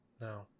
No